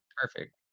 Perfect